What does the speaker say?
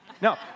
No